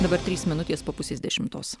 dabar trys minutės po pusės dešimtos